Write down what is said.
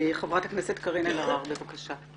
חברת הכנסת קארין אלהרר, בבקשה.